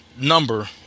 number